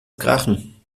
krachen